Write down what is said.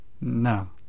No